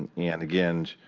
and yeah and again,